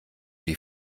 die